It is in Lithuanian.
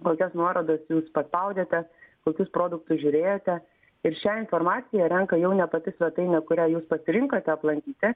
kokias nuorodas jūs paspaudėte kokius produktus žiūrėjote ir šią informaciją renka jau ne pati svetainė kurią jūs pasirinkote aplankyti